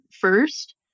first